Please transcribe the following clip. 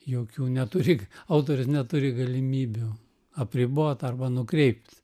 jokių neturi autorius neturi galimybių apribot arba nukreipt